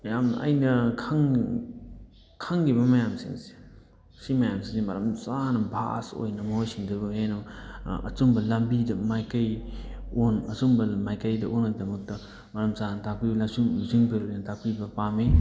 ꯌꯥꯝ ꯑꯩꯅ ꯈꯪ ꯈꯪꯉꯤꯕ ꯃꯌꯥꯝꯁꯤꯡꯁꯦ ꯁꯤ ꯃꯌꯥꯝꯁꯤꯡꯁꯦ ꯃꯔꯝ ꯆꯥꯅ ꯕꯥꯁ ꯑꯣꯏꯅ ꯃꯣꯏꯁꯤꯡꯗꯨꯕꯨ ꯍꯦꯟꯅ ꯑꯆꯨꯝꯕ ꯂꯝꯕꯤꯗ ꯃꯥꯏꯀꯩ ꯑꯣꯟ ꯑꯆꯨꯝꯕ ꯃꯥꯏꯀꯩꯗ ꯑꯣꯟꯕꯩꯗꯃꯛꯇ ꯃꯔꯝ ꯆꯥꯅ ꯇꯥꯛꯄꯤꯕꯅ ꯑꯆꯨꯝ ꯂꯨꯆꯤꯡꯄꯨꯔꯦꯟ ꯇꯥꯛꯄꯤꯕ ꯄꯥꯝꯃꯤ